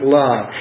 love